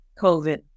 COVID